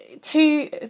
two